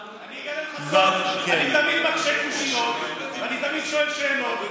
אני אגלה לך סוד: אני תמיד מקשה קושיות ואני תמיד שואל שאלות.